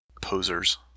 Posers